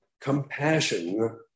compassion